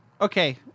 okay